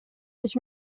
ich